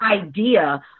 idea